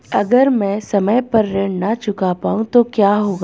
अगर म ैं समय पर ऋण न चुका पाउँ तो क्या होगा?